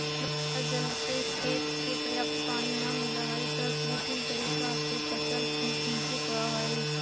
वर्षा जल से खेत के पर्याप्त पानी न मिलऽ हइ, त कृत्रिम तरीका से फसल के सींचे पड़ऽ हइ